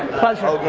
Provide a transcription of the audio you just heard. pleasure. i'll go.